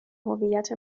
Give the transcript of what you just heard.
هویت